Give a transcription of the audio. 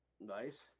Nice